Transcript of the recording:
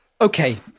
Okay